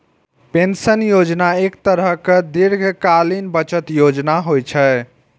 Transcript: pension योजना एक तरहक दीर्घकालीन बचत योजना होइ छै